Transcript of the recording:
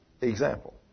example